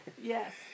yes